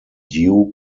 due